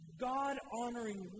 God-honoring